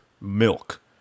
Milk